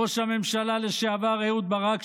ראש הממשלה לשעבר אהוד ברק,